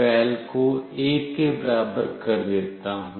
well को 1 के बराबर कर देता हूं